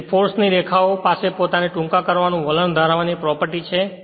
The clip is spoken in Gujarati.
તેથી ફોર્સ ની રેખાઓ પાસે પોતાને ટૂંકા કરવાનું વલણ ધરાવવાની પ્રોપર્ટી છે